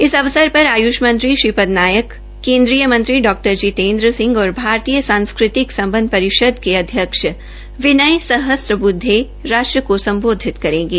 इस अवसर पर आयुष मंत्री श्रीपद नायक केन्द्रीय मंत्री डॉ जितेंद्र सिंह और भारतीय सांस्कृतिक सम्बध परिषद के अध्यक्ष विनय सहस्त्र बधे राष्ट्र को सम्बोधित करेंगे